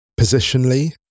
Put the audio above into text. positionally